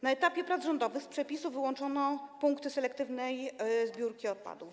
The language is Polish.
Na etapie prac rządowych z przepisów wyłączono punkty selektywnej zbiórki odpadów.